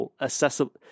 accessible